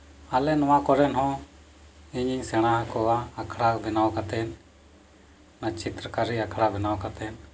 ᱟᱞᱮ ᱱᱚᱣᱟ ᱠᱚᱨᱮᱱ ᱦᱚᱸ ᱤᱧᱤᱧ ᱥᱮᱬᱟ ᱟᱠᱚᱣᱟ ᱟᱠᱷᱲᱟ ᱵᱮᱱᱟᱣ ᱠᱟᱛᱮᱫ ᱚᱱᱟ ᱪᱤᱛᱨᱚ ᱠᱟᱹᱨᱤ ᱟᱠᱷᱲᱟ ᱵᱮᱱᱟᱣ ᱠᱟᱛᱮᱫ